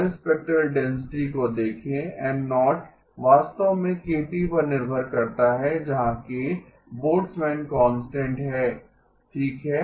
noise spectral density को देखें N0 वास्तव में kT पर निर्भर करता है जहां k Boltzmann's constant Boltzmanns constant है ठीक है